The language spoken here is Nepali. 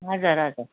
हजुर हजुर